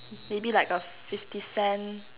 maybe like a fifty cent